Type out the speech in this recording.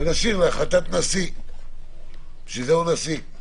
ונשאיר להחלטת נשיא, בשביל זה הוא נשיא.